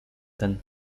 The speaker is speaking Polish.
ten